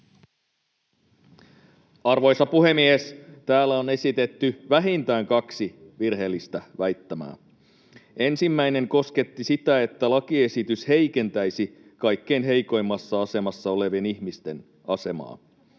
Arvoisa puhemies! Täällä on esitetty vähintään kaksi virheellistä väittämää. Ensimmäinen kosketti sitä, että lakiesitys heikentäisi kaikkein heikoimmassa asemassa olevien ihmisten asemaa.